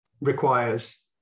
requires